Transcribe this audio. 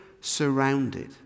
surrounded